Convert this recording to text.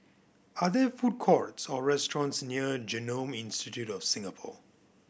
are there food courts or restaurants near Genome Institute of Singapore